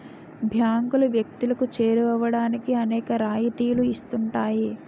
బ్యాంకులు వ్యక్తులకు చేరువవడానికి అనేక రాయితీలు ఇస్తుంటాయి